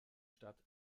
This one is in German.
stadt